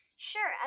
Sure